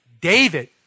David